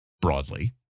broadly